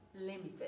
limited